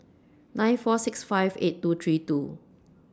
nine four six five eight two three two